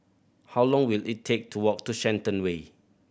how long will it take to walk to Shenton Way